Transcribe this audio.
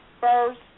first